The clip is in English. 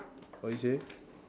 what you say